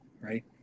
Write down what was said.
right